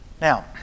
Now